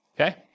okay